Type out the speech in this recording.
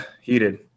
heated